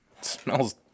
Smells